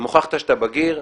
אם הוכחת שאתה בגיר,